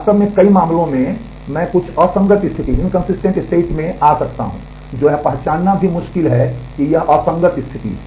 वास्तव में कई मामलों में मैं कुछ असंगत स्थिति में आ सकता हूं जो यह पहचानना भी मुश्किल है कि यह एक असंगत स्थिति है